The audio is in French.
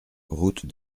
route